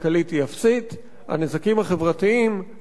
הנזקים החברתיים והכלכליים הם עצומים.